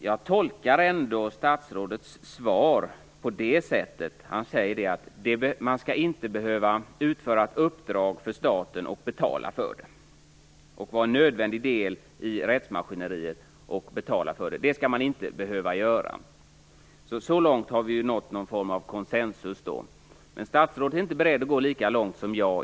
Jag tolkar det som statsrådet säger så, att man inte skall behöva utföra ett uppdrag för staten och vara en nödvändig del i rättsmaskineriet, och betala för det. Det skall man inte behöva. Så långt har vi nått någon form av konsensus. Men statsrådet är inte beredd att gå lika långt som jag.